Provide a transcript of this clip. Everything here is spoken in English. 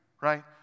right